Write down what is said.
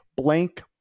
blank